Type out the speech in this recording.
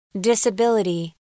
disability